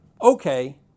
Okay